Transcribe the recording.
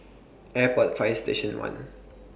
Airport Fire Station one